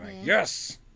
yes